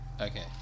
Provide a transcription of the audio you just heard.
Okay